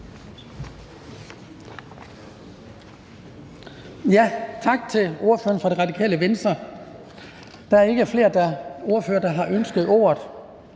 Tak til ordføreren for Radikale Venstre. Der er ikke flere ordførere, der har ønsket ordet.